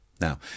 Now